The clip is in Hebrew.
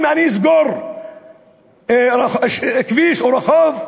אם אני אסגור כביש או רחוב?